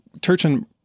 Turchin